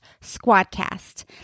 squadcast